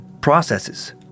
processes